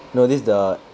no this the